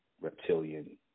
reptilian